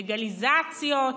לגליזציות,